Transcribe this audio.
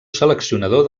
seleccionador